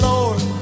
Lord